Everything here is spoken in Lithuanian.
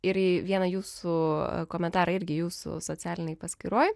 ir į vieną jūsų komentarą irgi jūsų socialinėj paskyroj